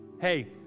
hey